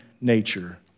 nature